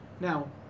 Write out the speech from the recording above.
Now